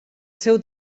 seu